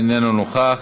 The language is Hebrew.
איננו נוכח,